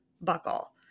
buckle